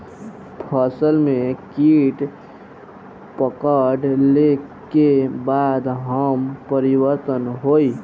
फसल में कीट पकड़ ले के बाद का परिवर्तन होई?